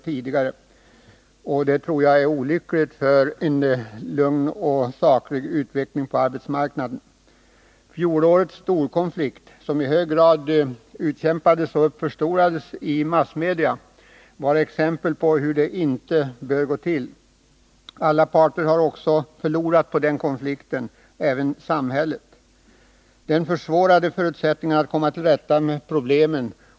Jag tror att en sådan politisering är olycklig och motverkar en lugn utveckling och en saklig debatt på arbetsmarknadens område. Fjolårets storkonflikt, som i hög grad utkämpades och förstorades i massmedia, var exempel på hur det inte bör gå till. Alla parter har också förlorat på den konflikten, även samhället. Den försämrade förutsättningarna att komma till rätta med problemen.